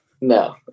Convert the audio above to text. No